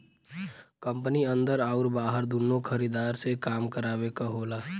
company अन्दर आउर बाहर दुन्नो खरीदार से काम करावे क होला